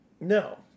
no